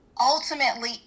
ultimately